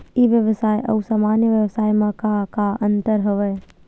ई व्यवसाय आऊ सामान्य व्यवसाय म का का अंतर हवय?